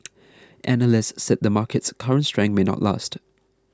analysts said the market's current strength may not last